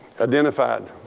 Identified